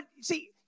See